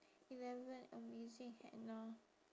eleven amazing henna